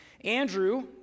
Andrew